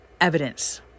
evidence